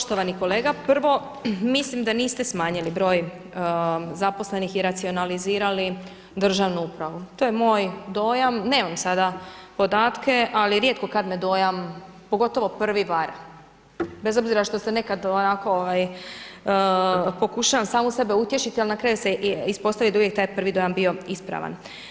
Poštovani kolega, prvi mislim da niste smanjili broj zaposlenih i racionalizirali državnu upravu, to je moj dojam, nemam sada podatke, ali rijetko kada me dojam, pogotovo prvi vara, bez obzira što se nekada onako pokušavam samu sebe utješiti, ali na kraju se ispostavi da je uvijek taj prvi dojam bio ispravan.